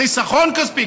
חיסכון כספי,